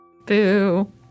Boo